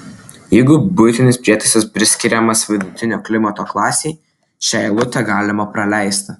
jeigu buitinis prietaisas priskiriamas vidutinio klimato klasei šią eilutę galima praleisti